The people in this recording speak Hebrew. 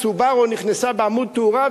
"סובארו" נכנסה בעמוד תאורה,